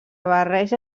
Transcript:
barreja